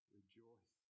rejoice